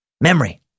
Memory